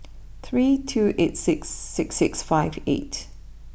three two eight six six six five eight